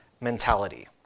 mentality